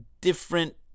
different